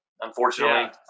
unfortunately